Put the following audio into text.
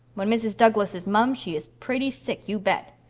when mrs. douglas is mum she is pretty sick, you bet.